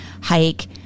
hike